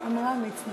עמרם מצנע.